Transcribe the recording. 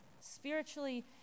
spiritually